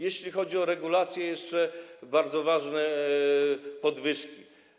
Jeśli chodzi o regulacje, jeszcze bardzo ważne są podwyżki.